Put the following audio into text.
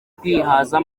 kwihaza